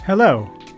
Hello